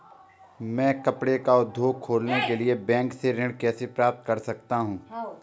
मैं कपड़े का उद्योग खोलने के लिए बैंक से ऋण कैसे प्राप्त कर सकता हूँ?